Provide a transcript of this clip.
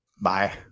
Bye